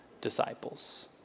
disciples